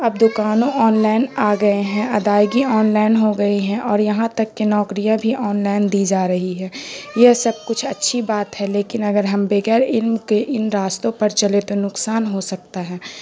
اب دکانوں online آ گئے ہیں ادائیگی آن لائن ہو گئی ہیں اور یہاں تک کے نوکریاں بھی آن لائن دی جا رہی ہے یہ سب کچھ اچھی بات ہے لیکن اگر ہم بغیر ان کے ان راستوں پر چلے تو نقصان ہو سکتا ہے